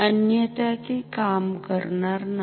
अन्यथा ते काम करणार नाही